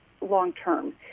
long-term